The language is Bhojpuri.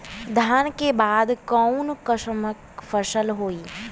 धान के बाद कऊन कसमक फसल होई?